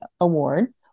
Award